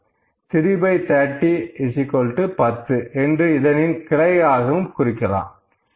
330 10 என்று இதனின் கிளையாக குறிக்கலாம்